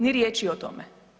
Ni riječi o tome.